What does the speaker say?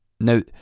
Now